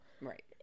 Right